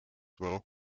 well